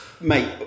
Mate